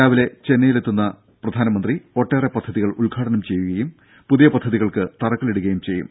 രാവിലെ ചെന്നൈയിൽ എത്തുന്ന പ്രധാനമന്ത്രി ഒട്ടേറെ പദ്ധതികൾ ഉദ്ഘാടനം ചെയ്യുകയും പുതിയ പദ്ധതികൾക്ക് തറക്കല്ലിടുകയും ചെയ്യും